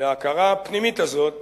וההכרה הפנימית הזאת